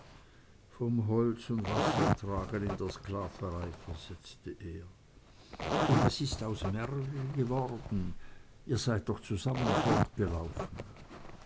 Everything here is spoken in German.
vom holz und wassertragen in der sklaverei versetzte er und was ist aus mergel geworden ihr seid doch zusammen